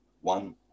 one